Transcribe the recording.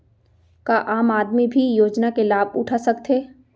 का आम आदमी भी योजना के लाभ उठा सकथे?